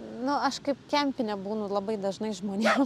nu aš kaip kempinė būnu labai dažnai žmonėm